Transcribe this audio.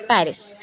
Paris